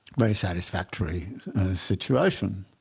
very satisfactory situation.